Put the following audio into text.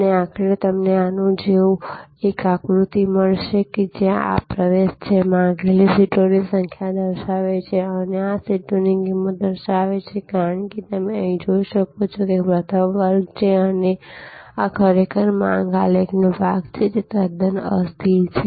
અને આખરે તમને આના જેવું એક આકૃતિ મળશે જ્યાં આ પ્રવેશ છે જે માંગેલી સીટોની સંખ્યા દર્શાવે છે અને આ સીટોની કિંમત દર્શાવે છે કારણ કે તમે અહીં જોઈ શકો છો કે પ્રથમ વર્ગ છે અને આ ખરેખર માંગ આલેખનો ભાગ છે જે તદ્દન અસ્થિર છે